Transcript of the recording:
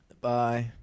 Bye